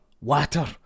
water